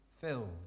filled